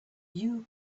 you